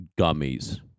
Gummies